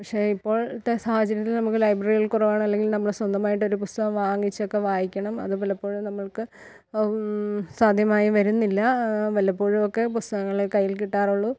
പക്ഷെ ഇപ്പോഴത്തെ സാഹചര്യത്തിൽ നമുക്ക് ലൈബ്രറികൾ കുറവാണ് അല്ലെങ്കിൽ നമ്മുടെ സ്വന്തമായിട്ട് ഒരു പുസ്തകം വാങ്ങിച്ചൊക്കെ വായിക്കണം അത് പലപ്പോഴും നമ്മൾക്ക് സാധ്യമായും വരുന്നില്ല വല്ലപ്പോഴുമൊക്കെ പുസ്തകങ്ങളെ കൈയ്യിൽ കിട്ടാറുള്ളൂ